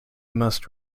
must